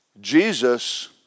Jesus